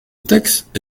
texte